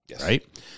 right